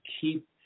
keep